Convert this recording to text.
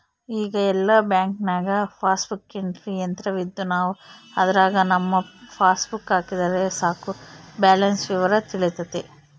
ಈಗ ಎಲ್ಲ ಬ್ಯಾಂಕ್ನಾಗ ಪಾಸ್ಬುಕ್ ಎಂಟ್ರಿ ಯಂತ್ರವಿದ್ದು ನಾವು ಅದರಾಗ ನಮ್ಮ ಪಾಸ್ಬುಕ್ ಹಾಕಿದರೆ ಸಾಕು ಬ್ಯಾಲೆನ್ಸ್ ವಿವರ ತಿಳಿತತೆ